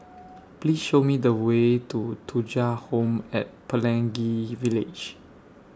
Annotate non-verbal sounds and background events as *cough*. *noise* Please Show Me The Way to Thuja Home At Pelangi Village